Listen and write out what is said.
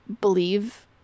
believe